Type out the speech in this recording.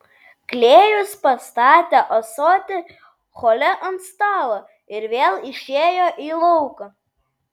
klėjus pastatė ąsotį hole ant stalo ir vėl išėjo į lauką